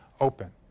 open